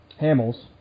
Hamels